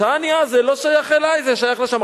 "תניא" זה לא שייך אלי, זה שייך לשם.